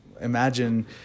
imagine